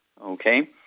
Okay